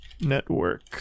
network